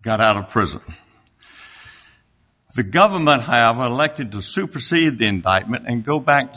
got out of prison the government have had elected to supersede the indictment and go back to